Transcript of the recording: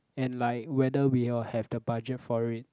and like whether we will have the budget for it